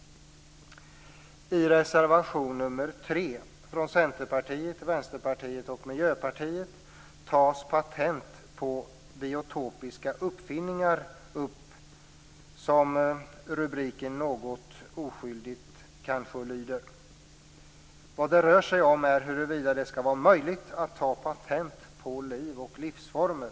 I reservation nr 3 från Centerpartiet, Vänsterpartiet och Miljöpartiet tar vi upp patent på biotekniska uppfinningar, som rubriken kanske något oskyldigt lyder. Vad det rör sig om är huruvida det skall vara möjligt att ta patent på livsformer.